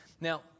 Now